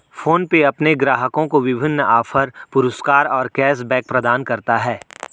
PhonePe अपने ग्राहकों को विभिन्न ऑफ़र, पुरस्कार और कैश बैक प्रदान करता है